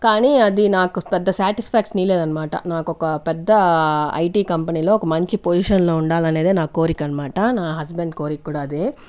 కానీ అది నాకు పెద్ద స్యాటీస్ఫాక్షన్ ఈ లేదనమాట నాకొక పెద్ద ఐటీ కంపెనీ లో ఒక మంచి పొసిషన్ లో ఉండాలనేదే నా కోరికనమాట నా హస్బెండ్ కోరిక కూడా అదే